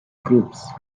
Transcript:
groups